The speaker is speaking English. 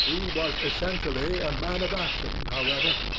he was essentially a man of action, however,